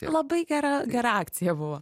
labai gera gera akcija buvo